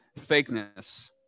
fakeness